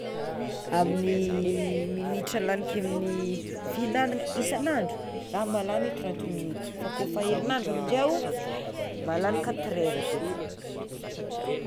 Amin'ny minitra laniko amin'ny fihignana isan'andro zah mahalany trente minute fa kôfa herignandro amizay o mahalany quatre heure de temps.